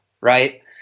Right